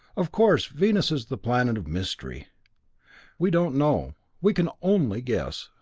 of course, venus is the planet of mystery we don't know we can only guess.